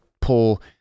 pull